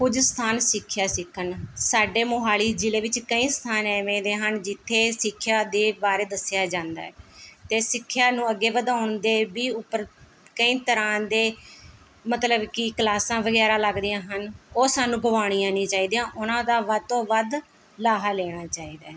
ਕੁਝ ਸਥਾਨ ਸਿੱਖਿਆ ਸਿੱਖਣ ਸਾਡੇ ਮੋਹਾਲੀ ਜ਼ਿਲ੍ਹੇ ਵਿੱਚ ਕਈ ਸਥਾਨ ਐਵੇਂ ਦੇ ਹਨ ਜਿੱਥੇ ਸਿੱਖਿਆ ਦੇ ਬਾਰੇ ਦੱਸਿਆ ਜਾਂਦਾ ਐ ਅਤੇ ਸਿੱਖਿਆ ਨੂੰ ਅੱਗੇ ਵਧਾਉਣ ਦੇ ਵੀ ਉੱਪਰ ਕਈ ਤਰ੍ਹਾਂ ਦੇ ਮਤਲਬ ਕਿ ਕਲਾਸਾਂ ਵਗੈਰਾ ਲੱਗਦੀਆਂ ਹਨ ਉਹ ਸਾਨੂੰ ਗਵਾਉਣੀਆਂ ਨਹੀਂ ਚਾਹੀਦੀਆਂ ਉਹਨਾਂ ਦਾ ਵੱਧ ਤੋਂ ਵੱਧ ਲਾਹਾ ਲੈਣਾ ਚਾਹੀਦਾ ਹੈ